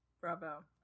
Bravo